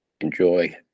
Enjoy